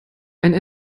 einen